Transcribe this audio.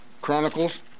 Chronicles